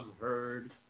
heard